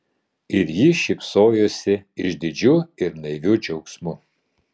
ir ji šypsojosi išdidžiu ir naiviu džiaugsmu